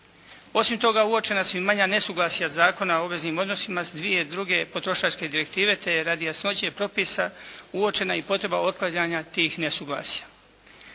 Osim toga, uočena su i manja nesuglasja Zakona o obveznim odnosima s dvije druge potrošačke direktive, te radi jasnoće propisa uočena je i potreba otklanjanja tih nesuglasja.